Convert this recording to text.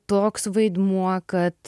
toks vaidmuo kad